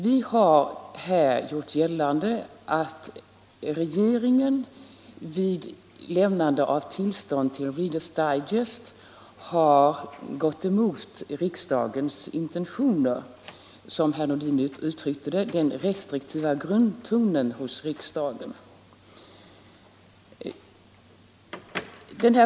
Vi har här gjort gällande att regeringen vid lämnande av tillstånd till Readers Digest har gått emot riksdagens intentioner, gått emot — som herr Nordin uttryckte det — den restriktiva grundtonen hos riksdagen.